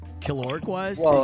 Caloric-wise